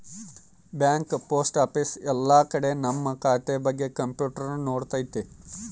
bank post office ಎಲ್ಲ ಕಡೆ ನಮ್ ಖಾತೆ ಬಗ್ಗೆ ಕಂಪ್ಯೂಟರ್ ನೋಡ್ಕೊತೈತಿ